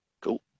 Cool